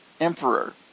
Emperor